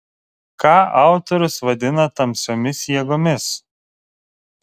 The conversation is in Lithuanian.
ką autorius vadina tamsiomis jėgomis